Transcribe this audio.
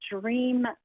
dream